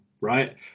right